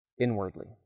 inwardly